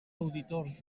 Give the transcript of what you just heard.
auditors